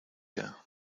here